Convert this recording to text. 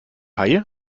haie